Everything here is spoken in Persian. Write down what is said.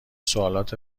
سوالات